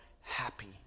happy